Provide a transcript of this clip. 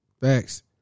Facts